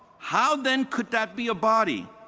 how, then, could that be a body?